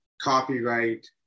copyright